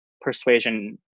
Persuasion